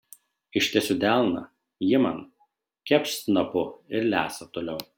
ištiesiu delną ji man kepšt snapu ir lesa toliau